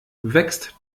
wächst